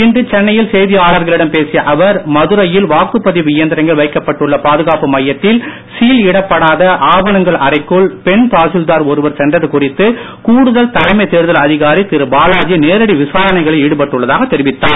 இன்று சென்னையில் செய்தியாளர்களிடம் பேசிய அவர் மதுரையில் வாக்குப்பதிவு இயந்திரங்கள் வைக்கப்பட்டுள்ள பாதுகாப்பு மையத்தில் சீல் இடப்படாத ஆவணங்கள் அறைக்குள் பெண் தாசில்தார் ஒருவர் சென்றது குறித்து கூடுதல் தலைமை தேர்தல் அதிகாரி திரு பாலாஜி நேரடி விசாரணைகளில் ஈடுபட்டுள்ளதாக தெரிவித்தார்